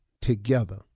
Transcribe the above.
together